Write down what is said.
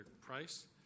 price